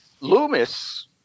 loomis